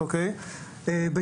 אוקיי, תודה רבה על כינוס הוועדה.